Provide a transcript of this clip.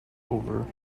over